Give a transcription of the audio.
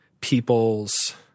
people's